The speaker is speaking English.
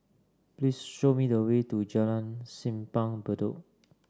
please show me the way to Jalan Simpang Bedok